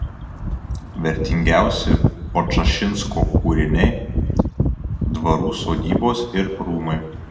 vertingiausi podčašinskio kūriniai dvarų sodybos ir rūmai